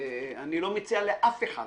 אני לא מציע לאף אחד.